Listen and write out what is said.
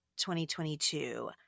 2022